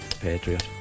patriot